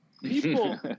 People